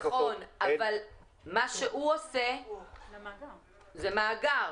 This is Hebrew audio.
נכון, אבל מה שהוא עושה זה מאגר.